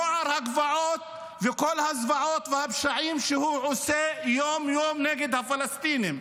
נוער הגבעות וכל הזוועות והפשעים שהוא עושה יום-יום נגד הפלסטינים,